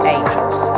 Angels